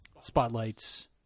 Spotlights